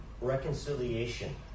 reconciliation